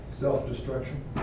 Self-destruction